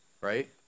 right